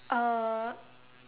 uh